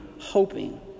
hoping